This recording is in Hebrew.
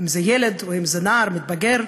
אם ילד או נער מתבגר,